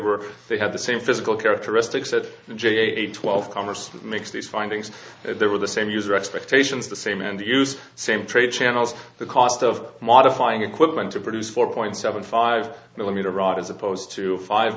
were they had the same physical characteristics that the j a twelve conversely makes these findings they were the same user expectations the same and the use same trade channels the cost of modifying equipment to produce four point seven five millimeter rockets opposed to five